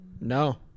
No